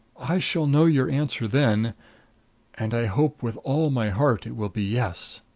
i shall know your answer then and i hope with all my heart it will be yes.